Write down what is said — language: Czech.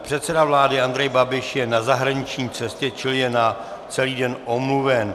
Předseda vlády Andrej Babiš je na zahraniční cestě, čili je na celý den omluven.